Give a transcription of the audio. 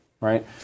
right